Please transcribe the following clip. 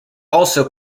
also